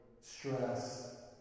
stress